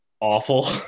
awful